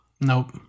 Nope